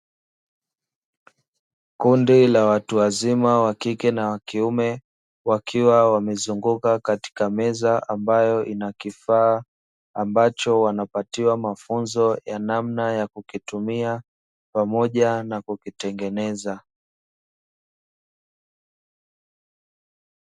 Kundi la watu wazima wa kike na wa kiume, wakiwa wamezunguka katika meza ambayo ina kifaa ambacho wanapatiwa mafunzo ya namna ya kukitumia, pamoja na kukitengeneza.